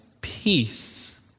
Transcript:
peace